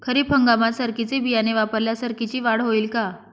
खरीप हंगामात सरकीचे बियाणे वापरल्यास सरकीची वाढ होईल का?